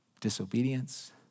disobedience